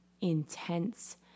intense